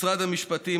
משרד המשפטים,